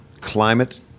climate